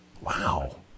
Wow